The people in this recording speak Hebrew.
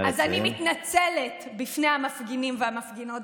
אז אני מתנצלת בפני המפגינים והמפגינות,